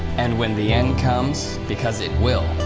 and when the end comes, because it will,